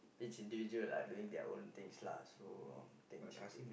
it's in danger lah doing their own things lah so think should be